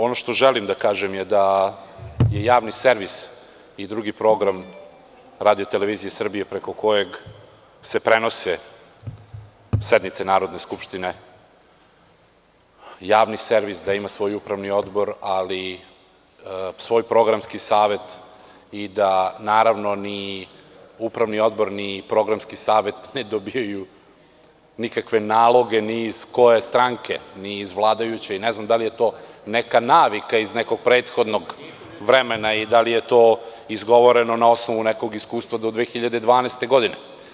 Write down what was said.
Ono što želim da kažem je da je Javni servis i drugi program RTS preko kojeg se prenose sednice Narodne skupštine, Javni servis i da ima svoj upravni odbor, svoj programski savet, i da naravno, ni upravni odbor, ni programski savet ne dobijaju nikakve naloge ni iz koje stranke, ni iz vladajuće i ne znam da li je to neka navika iz nekog prethodnog vremena i da li je to izgovoreno na osnovu nekog iskustva do 2012. godine.